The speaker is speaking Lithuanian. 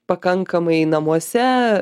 pakankamai namuose